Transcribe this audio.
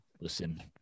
listen